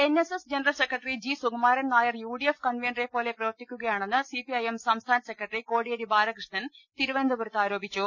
NSS general secretary G Sukumaran Nair UDF കൺവീനറെ പോലെ പ്രവർത്തിക്കുകയാണെന്ന് സിപിഐഎം സംസ്ഥാന സെക്രട്ടറി കോടിയേരി ബാലകൃഷ്ണൻ തിരുവനന്തപുരത്ത് ആരോപിച്ചു